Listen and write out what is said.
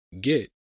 get